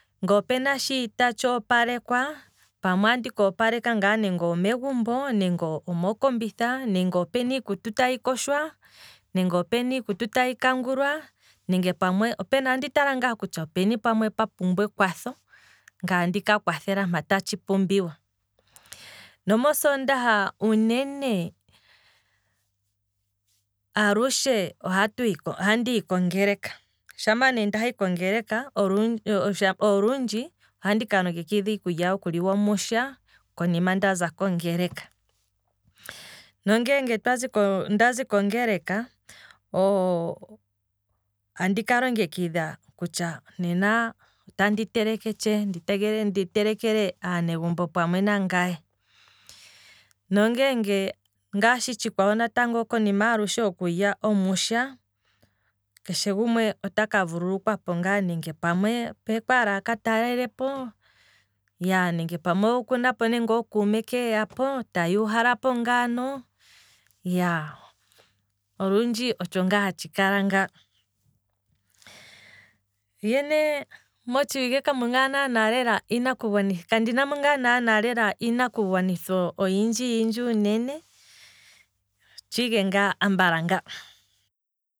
Nge opena tsha tatshi opalekwa pamwe andika opaleka ngaa kutya omegumbo, omokombitha nenge opena iikutu tayi koshwa nenge opena iikutu tayi kangulwa, andi tala ngaa kutya openi pwa pumbwa ekwatho ngaye andika kwathela mpa tashi pumbiwa, nomo soondaha uunene. alushe ohatuhi oha ndihi kongeleka, shampa ne ndazi kongeleka, olundji ohandi ka longekidha iikulya yoku liwa omusha konima ndaza kongeleka, nongeenge twazi ndazi kongeleka andika longekidha kutya nena andi teleke tshee, ndi telekele aanegumbo pamwe nangaye, no ngeenge ngaashi tshikwawo alushe konima hokulya omusha, keshe gumwe otaka vululukwapo ngaa ne nenge pamwe okwaala aka ta lelepo, nenge pamwe okuna po nande okuume ke eyapo taya uhala po ngaano, olundji otsho ngaa hatshi kala nga, mo nee motshiwike kandinamo lela iinku gwanithwa oyindji yindji uunene, otsho ike ngaa ambala nga.